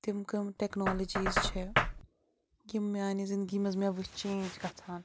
تِم کٕم ٹیٚکنالوجیٖز چھِ یِم میٛانہِ زنٛدگی منٛز مےٚ وُچھ چینٛج گژھان